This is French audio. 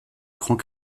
grand